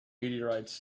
meteorites